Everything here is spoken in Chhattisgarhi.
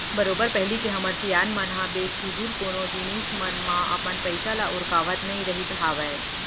बरोबर पहिली के हमर सियान मन ह बेफिजूल कोनो जिनिस मन म अपन पइसा ल उरकावत नइ रहिस हावय